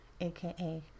AKA